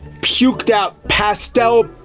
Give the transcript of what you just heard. puked out, pastel,